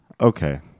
okay